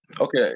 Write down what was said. Okay